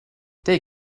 they